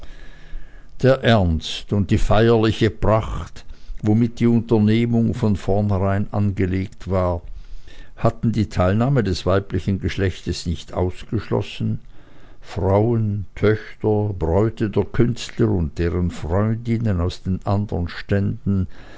der ernst und die feierliche pracht womit die unternehmung von vornherein angelegt war hatten die teilnahme des weiblichen geschlechtes nicht ausgeschlossen frauen töchter bräute der künstler und deren freundinnen aus den andern ständen